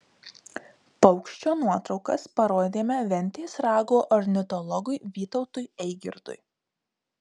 paukščio nuotraukas parodėme ventės rago ornitologui vytautui eigirdui